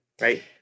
Right